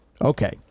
Okay